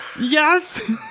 Yes